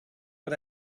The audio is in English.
but